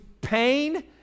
pain